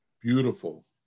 beautiful